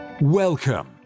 Welcome